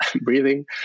breathing